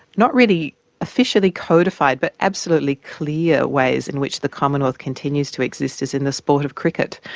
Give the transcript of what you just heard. not really officially codified but absolutely clear ways in which the commonwealth continues to exist is in the sport of cricket,